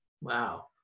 Wow